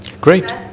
Great